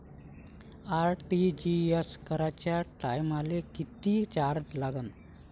RTGS कराच्या टायमाले किती चार्ज लागन?